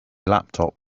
laptop